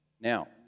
Now